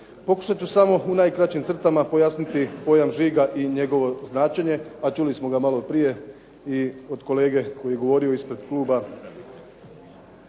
Pokušati ću samo u najkraćim crtama pojasniti pojam žiga i njegovo značenje, a čuli smo ga maloprije i od kolege koji je govorio ispred kluba